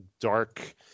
dark